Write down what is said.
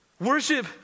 Worship